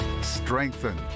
strengthen